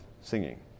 singing